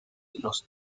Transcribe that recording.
los